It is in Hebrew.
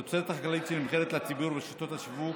התוצרת החקלאית, שנמכרת לציבור ברשתות השיווק,